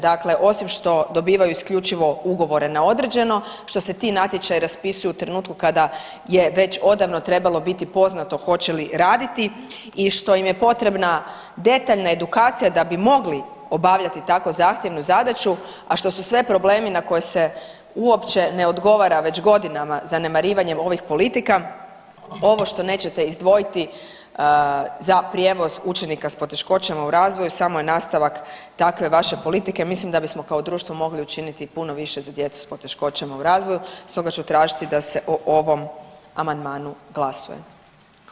Dakle, osim što dobivaju isključivo ugovore na određeno što se ti natječaji raspisuju u trenutku kada je već odavno trebalo biti poznato hoće li raditi i što im je potrebna detaljna edukacija da bi mogli obavljati tako zahtjevnu zadaću, a što su sve problemi na koje se uopće ne odgovara već godinama zanemarivanjem ovih politika ovo što nećete izdvojiti za prijevoz učenika s poteškoćama u razvoju samo je nastavak takve vaše politike, mislim da bismo kao društvo mogli učiniti puno više za djecu s poteškoćama u razvoju, stoga ću tražiti da se o ovom amandmanu glasuje.